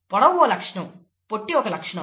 పొడవు ఒక లక్షణం పొట్టి కూడా ఒక లక్షణం